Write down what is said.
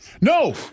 No